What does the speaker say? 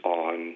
on